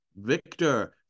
Victor